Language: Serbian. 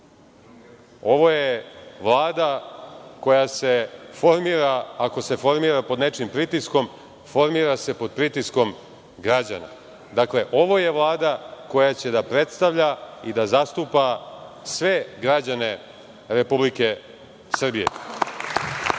ovo je Vlada koja se formira, ako se formira pod nečijim pritiskom, formira se pod pritiskom građana. Dakle, ovo je Vlada koja će da predstavlja i da zastupa sve građane Republike Srbije. Želim